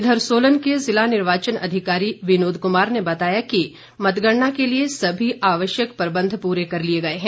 इधर सोलन के जिला निर्वाचन अधिकारी विनोद कुमार ने बताया कि मतगणना के लिए सभी आवश्यक प्रबंध पूरे कर लिए गए है